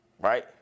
right